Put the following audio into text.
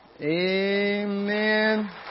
Amen